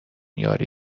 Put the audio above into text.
یاری